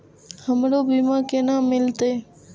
हमरो बीमा केना मिलते?